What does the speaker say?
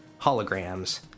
holograms